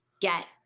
get